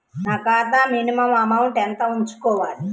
నా ఖాతా minimum amount ఎంత ఉంచుకోవాలి?